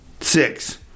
Six